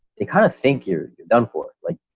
they kind of think you're done for like,